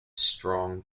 strong